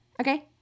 okay